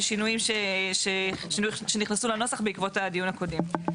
ושינויים שנכנסנו לנוסח בעקבות הדיון הקודם.